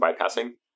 bypassing